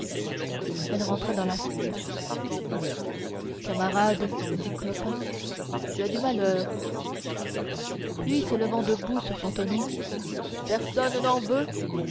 elle rentra dans la foule camarade dit clopin tu as du malheur puis se levant debout sur son tonneau personne n'en veut